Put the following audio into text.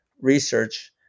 research